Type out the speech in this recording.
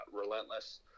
relentless